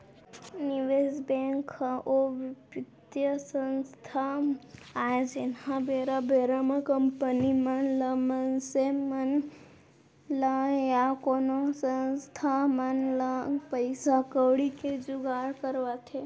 निवेस बेंक ह ओ बित्तीय संस्था आय जेनहा बेरा बेरा म कंपनी मन ल मनसे मन ल या कोनो संस्था मन ल पइसा कउड़ी के जुगाड़ करवाथे